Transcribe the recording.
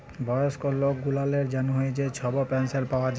বয়স্ক লক গুলালের জ্যনহে যে ছব পেলশল পাউয়া যায়